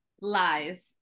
lies